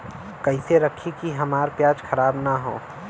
कइसे रखी कि हमार प्याज खराब न हो?